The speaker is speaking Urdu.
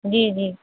جی جی